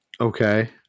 okay